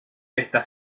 está